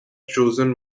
chosen